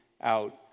out